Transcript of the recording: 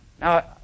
Now